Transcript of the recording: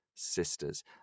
Sisters